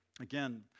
Again